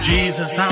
Jesus